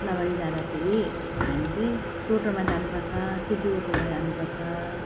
ओद्लाबाडी जाँदाखेरि हामी चाहिँ टोटोमा जानुपर्छ सिटी अटोमा जानुपर्छ